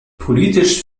politisch